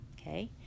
Okay